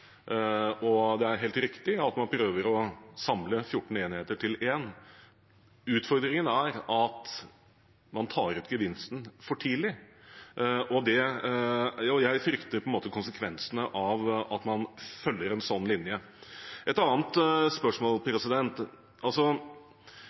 og det er helt riktig at man prøver å samle 14 enheter til én. Utfordringen er at man tar ut gevinsten for tidlig, og jeg frykter konsekvensene av at man følger en slik linje. Et annet spørsmål: